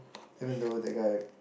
even though that guy